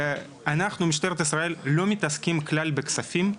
אנחנו משטרת ישראל לא מתעסקים כלל בכספים,